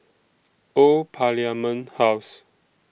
Old Parliament House